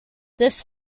this